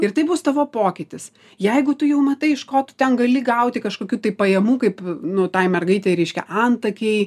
ir tai bus tavo pokytis jeigu tu jau matai iš ko tu ten gali gauti kažkokių tai pajamų kaip nu tai mergaitei reiškia antakiai